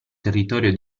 territorio